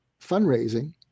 fundraising